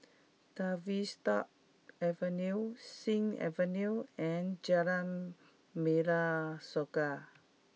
Tavistock Avenue Sing Avenue and Jalan Merah Saga